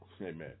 Amen